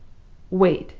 wait!